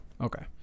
Okay